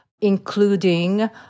including